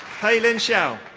pei-lin shiau.